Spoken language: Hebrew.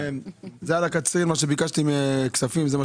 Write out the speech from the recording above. לגבי קצרין, כמה יש